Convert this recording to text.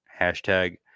hashtag